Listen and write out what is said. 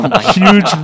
huge